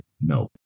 No